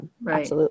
Right